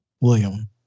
William